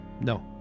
No